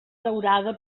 daurada